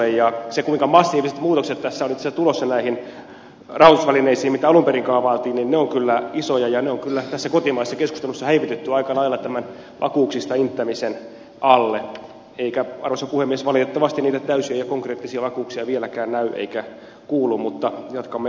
mitä tulee siihen kuinka massiiviset muutokset tässä on itse asiassa tulossa näihin rahoitusvälineisiin verrattuna siihen mitä alun perin kaavailtiin niin ne ovat kyllä isoja ja ne on kyllä tässä kotimaisessa keskustelussa häivytetty aika lailla tämän vakuuksista inttämisen alle eikä arvoisa puhemies valitettavasti niitä täysiä ja konkreettisia vakuuksia vieläkään näy eikä kuulu mutta jatkamme odottelua